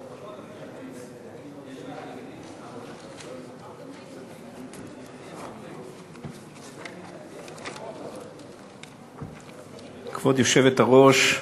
כבוד היושבת-ראש,